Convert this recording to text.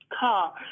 car